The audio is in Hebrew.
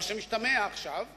מה שמשתמע עכשיו כאילו,